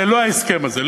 ללא ההסכם הזה,